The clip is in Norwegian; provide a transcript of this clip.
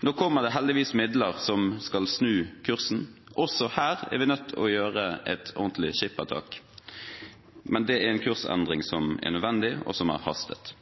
Nå kommer det heldigvis midler som skal snu kursen. Også her er vi nødt til å gjøre et ordentlig skippertak, men det er en kursendring som er nødvendig, og som har hastet.